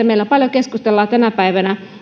meillä paljon keskustellaan tänä päivänä